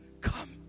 Come